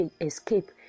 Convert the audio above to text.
escape